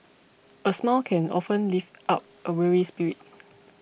a smile can often lift up a weary spirit